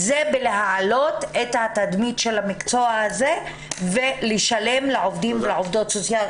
זה בלהעלות את תדמית המקצוע הזה ולשלם לעובדים ולעובדות הסוציאליות.